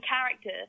character